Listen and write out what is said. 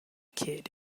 kid